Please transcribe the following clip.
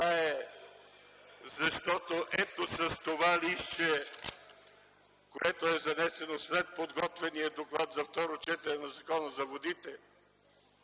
така е, защото ето с това листче, което е занесено след подготвения доклад за второ четене на Закона за водите,